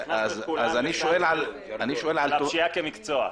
הכנסנו את כולם תחת פשיעה כמקצוע.